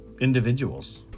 individuals